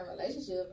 relationship